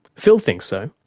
phil thinks so.